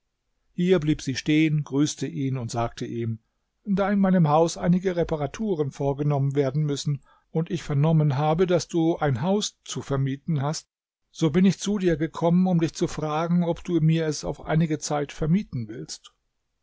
hier blieb sie stehen grüßte ihn und sagte ihm da in meinem haus einige reparaturen vorgenommen werden müssen und ich vernommen habe daß du ein haus zu vermieten hast so bin ich zu dir gekommen um dich zu fragen ob du mir es auf einige zeit vermieten willst